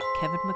Kevin